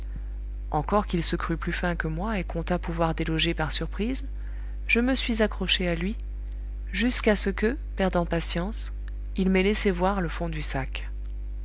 encore qu'il se crût plus fin que moi et comptât pouvoir déloger par surprise je me suis accrochée à lui jusqu'à ce que perdant patience il m'ait laissé voir le fond du sac